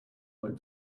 like